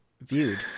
viewed